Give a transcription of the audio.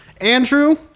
Andrew